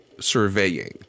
surveying